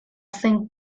zen